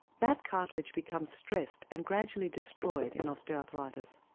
that cartilage becomes stressed and gradually destroyed in osteoarthritis.